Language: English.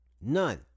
none